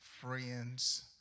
friend's